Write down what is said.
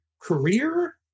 career